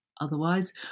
otherwise